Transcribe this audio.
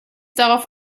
darauf